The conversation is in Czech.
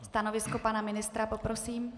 Stanovisko pana ministra poprosím.